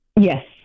Yes